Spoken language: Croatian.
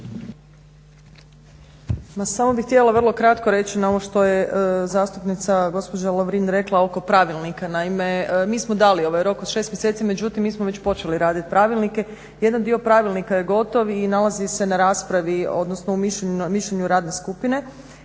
ovo što je zastupnica, gospođa Lovrin rekla oko pravilnika. Naime, mi smo dali ovaj rok od 6 mjeseci, međutim mi smo već počeli raditi pravilnike. Jedan dio pravilnika je gotov i nalazi se na raspravi, odnosno u mišljenju radne skupine,